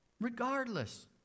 Regardless